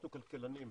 אנחנו כלכלנים,